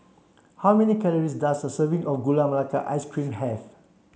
how many calories does a serving of Gula Melaka Ice Cream have